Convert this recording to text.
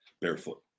Barefoot